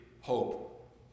hope